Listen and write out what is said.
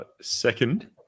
Second